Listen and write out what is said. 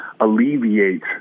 alleviate